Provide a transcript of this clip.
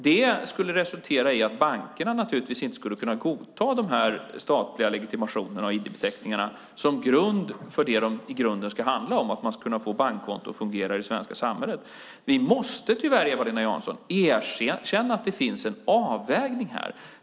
Det skulle resultera i att bankerna inte kunde godta de här statliga legitimationerna och ID-beteckningarna som grund för det som de i grunden ska handla om, att man ska kunna få bankkonto att fungera i det svenska samhället. Vi måste tyvärr, Eva-Lena Jansson, erkänna att det finns en avvägning här.